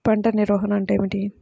పంట నిర్వాహణ అంటే ఏమిటి?